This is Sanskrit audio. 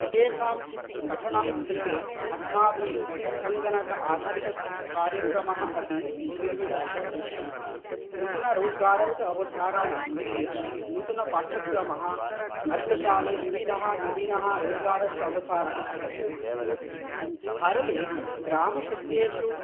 एतेषां पठनं कृते अस्माभिः सङ्गणक आधारितकार्यक्रमः अपि निर्मितव्यः भविष्यति नूतनरोजगारस्य अवसराणां कृते नूतनपाट्यक्रमः अद्यकाले विविधाः नवीनाः रोजगारस्य अवसराः आगच्छन्ति भारते ग्रामक्षेत्रेषु